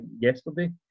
yesterday